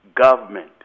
government